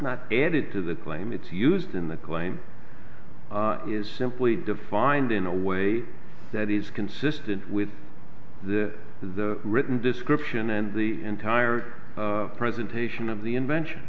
not added to the claim it's used in the claim is simply defined in a way that is consistent with the the written description and the entire presentation of the invention